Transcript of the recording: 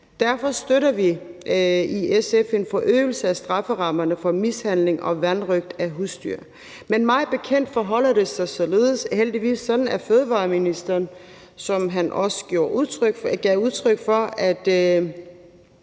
Derfor støtter vi i SF en forhøjelse af strafferammerne for mishandling og vanrøgt af husdyr. Men mig bekendt forholder det sig heldigvis sådan, at fødevareministeren, hvad han